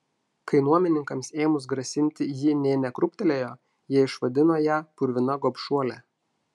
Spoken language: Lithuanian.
kai nuomininkams ėmus grasinti ji nė nekrūptelėjo jie išvadino ją purvina gobšuole